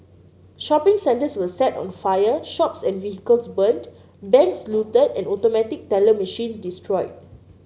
shopping centres were set on fire shops and vehicles burnt banks looted and automatic teller machines destroyed